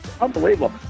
Unbelievable